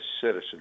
citizen